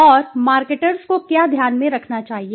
और मार्केटर्स को क्या ध्यान में रखना चाहिए